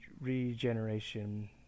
regeneration